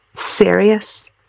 Serious